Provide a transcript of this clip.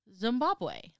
Zimbabwe